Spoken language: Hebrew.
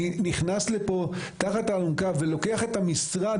אני נכנס לפה תחת האלונקה ולוקח את המשרד